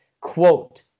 Quote